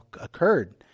occurred